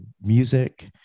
music